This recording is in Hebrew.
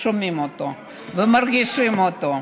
שומעים אותו ומרגישים אותו.